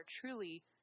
truly